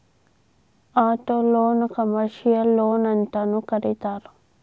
ಆಟೊಲೊನ್ನ ಕಮರ್ಷಿಯಲ್ ಲೊನ್ಅಂತನೂ ಕರೇತಾರ